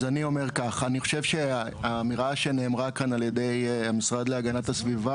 לגבי האמירה שנאמרה כאן על ידי המשרד להגנת הסביבה